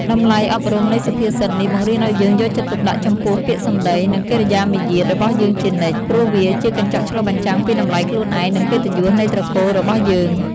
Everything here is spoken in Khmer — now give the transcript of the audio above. តម្លៃអប់រំនៃសុភាសិតនេះបង្រៀនឱ្យយើងយកចិត្តទុកដាក់ចំពោះពាក្យសម្ដី និងកិរិយាមារយាទរបស់យើងជានិច្ច ព្រោះវាជាកញ្ចក់ឆ្លុះបញ្ចាំងពីតម្លៃខ្លួនឯង និងកិត្តិយសនៃត្រកូលរបស់យើង។